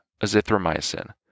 azithromycin